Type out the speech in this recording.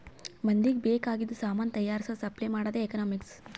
ಮಂದಿಗ್ ಬೇಕ್ ಆಗಿದು ಸಾಮಾನ್ ತೈಯಾರ್ಸದ್, ಸಪ್ಲೈ ಮಾಡದೆ ಎಕನಾಮಿಕ್ಸ್